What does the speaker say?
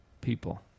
people